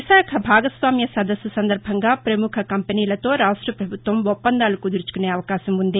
విశాఖ భాగస్వామ్య సదస్సు సందర్బంగా పముఖ కంపెనీలతో రాష్ట పభుత్వం ఒప్పందాలు కుదుర్చుకునే అవకాశం ఉంది